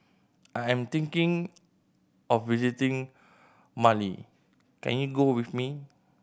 I am thinking of visiting Mali can you go with me